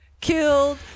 killed